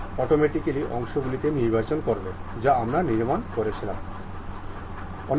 এবং আমরা পিস্টনে দ্বি মুখী গতির অতিরিক্ত গতিও সরাতে পারি যেমন Z Y এবং Z